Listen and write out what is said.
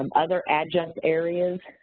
um other adjunct areas,